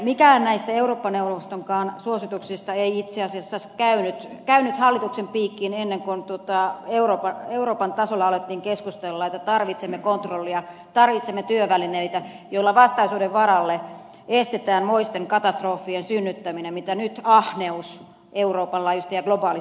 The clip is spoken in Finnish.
mikään näistä eurooppa neuvostonkaan suosituksista ei itse asiassa käynyt hallituksen piikkiin ennen kuin euroopan tasolla alettiin keskustella että tarvitsemme kontrollia tarvitsemme työvälineitä joilla vastaisuuden varalle estetään moisten katastrofien synnyttäminen mitä nyt ahneus euroopan laajuisesti ja globaalisti on synnyttänyt